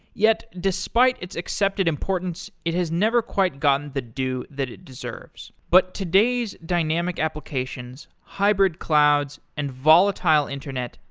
yet, despite its accepted importance, it has never quite gotten the due that it deserves. but today's dynamic applications, hybrid clouds and volatile internet,